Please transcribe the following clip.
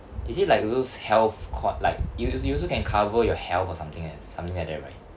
is it like those health called like you you also can cover your health or something like something like that right